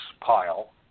pile